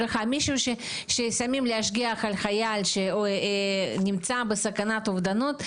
כששמים להשגיח על חייל שנמצא בסכנת אובדנות,